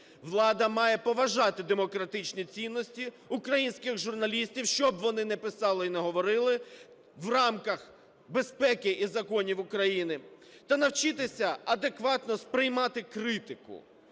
Влада має поважати демократичні цінності українських журналістів, що б вони не писали і не говорили, в рамках безпеки і законів України та навчитися адекватно сприймати критику.